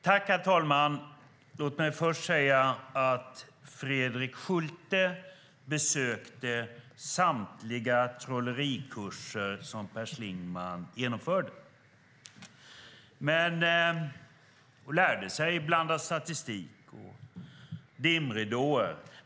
Herr talman! Jag vill först säga att Fredrik Schulte besökte samtliga trollerikurser som Per Schlingmann genomförde. Han lärde sig att blanda statistik och lägga ut dimridåer.